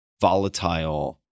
volatile